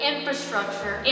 infrastructure